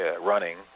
running